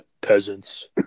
Peasants